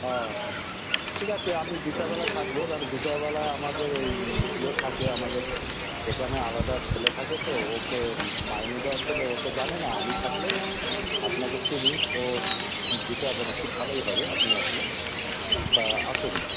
ও ঠিক আছে আমি বিকালবেলা থাকবো কেন বিকেলবেলায় আমাদের ওই যে থাকে আমাদের দোকানে আলাদা ছেলে থাকে তো ওকে মাইনে দেওয়া ছেলে ও তো জানে না আমি থাকলে আপনাকে চিনি ও দিতে হবে না ঠিক ভালোই হবে আপনি আসলে তা আসুন